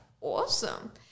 Awesome